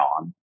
on